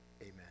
Amen